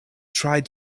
tried